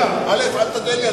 אל תודה לי,